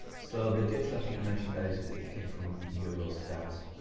so the data i think you mentioned there, it came from eurostat.